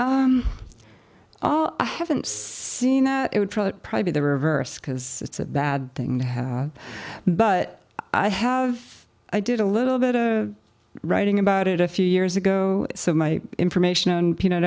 know i haven't seen that i would try to pry be the reverse because it's a bad thing to have but i have i did a little bit of writing about it a few years ago so my information and peanut